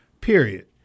period